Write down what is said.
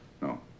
no